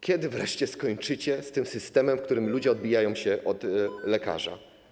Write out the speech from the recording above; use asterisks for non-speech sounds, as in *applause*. Kiedy wreszcie skończycie z tym systemem, w którym ludzie *noise* odbijają się od lekarza?